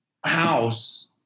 house –